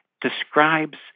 describes